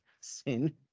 sin